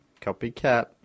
Copycat